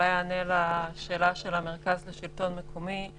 אולי אענה לשאלה של מרכז שלטון מקומי.